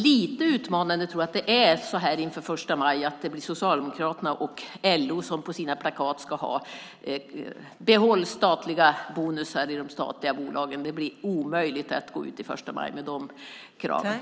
Lite utmanande så här inför första maj tror jag att det blir Socialdemokraterna och LO som på sina plakat ska ha: Behåll bonusar i de statliga företagen! Det blir omöjligt att gå ut i förstamajtåget med de kraven.